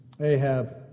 Ahab